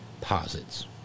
posits